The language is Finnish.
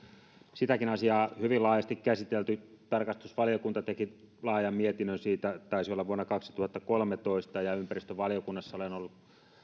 sitäkin asiaa hyvin laajasti käsitelty tarkastusvaliokunta teki laajan mietinnön siitä taisi olla vuonna kaksituhattakolmetoista ja ympäristövaliokunnassa olen ollut